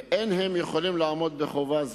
ואין הם יכולים לעמוד בחובה זו.